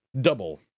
Double